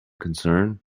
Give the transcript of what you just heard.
concern